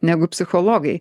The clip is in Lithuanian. negu psichologai